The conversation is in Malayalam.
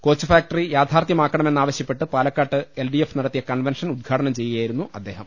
കോ ച്ച് ഫാക്ടറി യാഥാർത്ഥ്യമാക്കണമെന്നാവശ്യപ്പെട്ട് പാലക്കാട്ട് എൽ ഡിഎഫ് നടത്തിയ കൺവെൻഷൻ ഉദ്ഘാടനം ചെയ്യുകയായിരു ന്നു അദ്ദേഹം